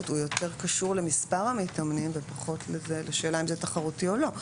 יותר קשור למספר המתאמנים ופחות לשאלה אם זה תחרותי או לא.